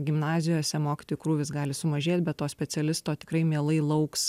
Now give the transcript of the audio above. gimnazijose mokytojų krūvis gali sumažėt be to specialisto tikrai mielai lauks